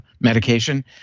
medication